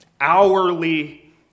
hourly